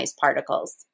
particles